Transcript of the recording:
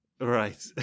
Right